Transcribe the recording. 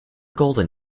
golden